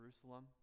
Jerusalem